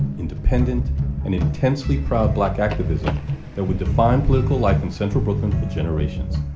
independent and intensely proud black activism that would define political life in central brooklyn for generations.